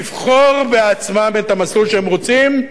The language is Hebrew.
לבחור בעצמם את המסלול שהם רוצים,